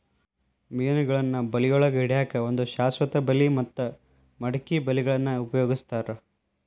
ಮೇನಗಳನ್ನ ಬಳಿಯೊಳಗ ಹಿಡ್ಯಾಕ್ ಒಂದು ಶಾಶ್ವತ ಬಲಿ ಮತ್ತ ಮಡಕಿ ಬಲಿಗಳನ್ನ ಉಪಯೋಗಸ್ತಾರ